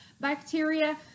bacteria